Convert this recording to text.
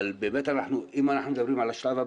אם אנחנו מדברים על השלב הבא,